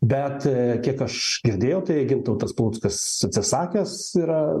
bet kiek aš girdėjau tai gintautas paluckas atsisakęs yra